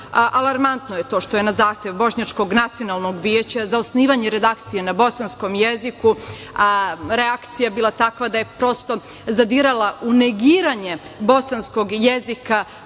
Alarmantno je to što jezna zahtev Bošnjačkog nacionalnog veća za osnivanje redakcije na bosanskom jeziku reakcija bila takva da je, prosto, zadirala u negiranje bosankog jezika